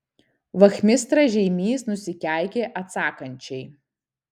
vachmistra žeimys nusikeikė atsakančiai